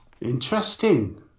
Interesting